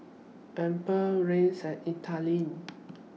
Amber Rance and Ethelene